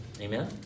Amen